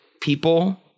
people